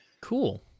Cool